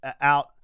out